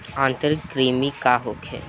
आंतरिक कृमि का होखे?